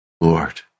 Lord